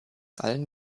allen